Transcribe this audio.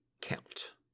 count